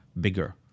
bigger